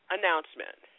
Announcement